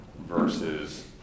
versus